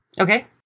Okay